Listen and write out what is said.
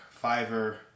Fiverr